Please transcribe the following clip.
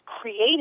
created